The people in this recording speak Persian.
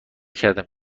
کردم